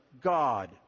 God